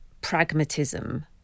pragmatism